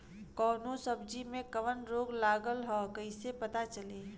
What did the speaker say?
कौनो सब्ज़ी में कवन रोग लागल ह कईसे पता चली?